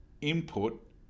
input